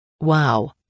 Wow